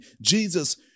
Jesus